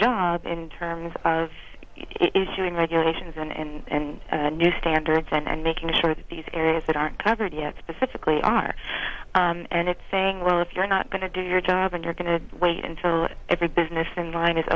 job in terms of issuing regulations and new standards and making sure that these areas that aren't covered yet specifically are and it's saying well if you're not going to do your job and you're going to wait until every business in line is